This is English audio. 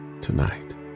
tonight